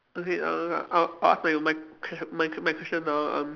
okay I will uh I'll I'll my my ques~ my my question now um